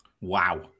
Wow